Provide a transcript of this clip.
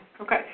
okay